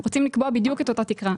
רוצים לקבוע בדיוק את אותה תקרה.